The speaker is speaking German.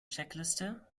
checkliste